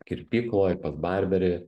kirpykloj pas barberį